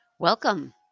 Welcome